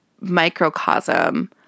microcosm